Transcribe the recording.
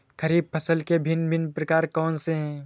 खरीब फसल के भिन भिन प्रकार कौन से हैं?